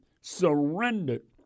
Surrendered